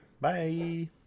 bye